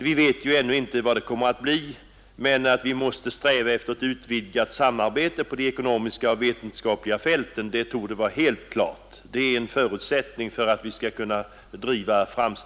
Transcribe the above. Vi vet ännu inte vad det kommer att bli, men att vi måste sträva efter ett utvidgat samarbete på de ekonomiska och vetenskapliga fälten torde vara helt klart.